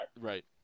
Right